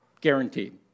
guaranteed